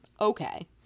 Okay